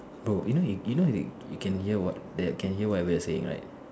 bro you know you you know you you can hear what they can hear whatever you're saying right